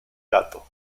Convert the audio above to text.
gato